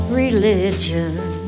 religion